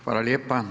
Hvala lijepa.